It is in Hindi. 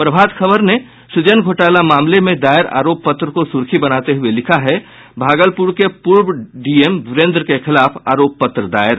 प्रभात खबर ने सूजन घोटाला मामले में दायर आरोप पत्र को सुर्खी बनाते हुए लिखा है भागलपुर के पूर्व डीएम वीरेन्द्र के खिलाफ आरोप पत्र दायर